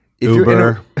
Uber